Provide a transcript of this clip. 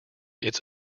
its